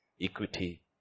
Equity